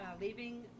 leaving